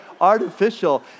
artificial